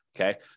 Okay